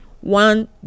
one